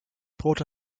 brot